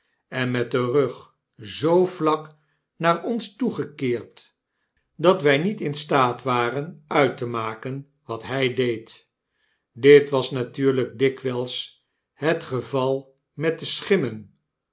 en met den rug zoo vlak naar ons toegekeerd dat wy nietinstaat waren uit te maken wat hy deed dit was natuurlyk dikwyls het geval met de schimmen